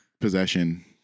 Possession